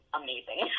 amazing